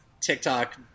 TikTok